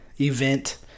event